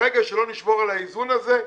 ברגע שלא נשמור על האיזון הזה,